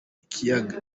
ikiyaga